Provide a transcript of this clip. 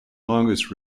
longest